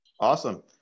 Awesome